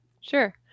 Sure